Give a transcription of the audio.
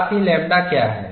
साथ ही लैम्ब्डा क्या है